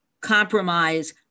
compromise